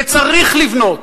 וצריך לבנות.